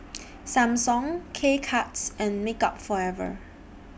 Samsung K Cuts and Makeup Forever